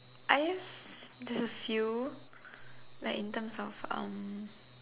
I guess there's a few like in terms of um